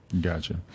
Gotcha